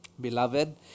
Beloved